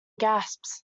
gasps